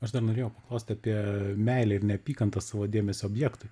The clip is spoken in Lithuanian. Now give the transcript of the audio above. aš dar norėjau paklausti apie meilę ir neapykantą savo dėmesio objektui